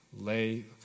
Lay